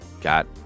got